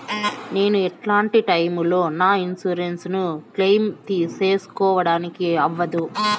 నేను ఎట్లాంటి టైములో నా ఇన్సూరెన్సు ను క్లెయిమ్ సేసుకోవడానికి అవ్వదు?